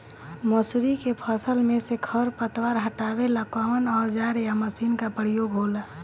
मसुरी के फसल मे से खरपतवार हटावेला कवन औजार या मशीन का प्रयोंग होला?